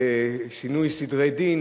שינוי סדרי דין.